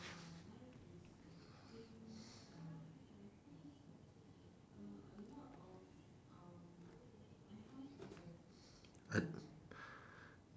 I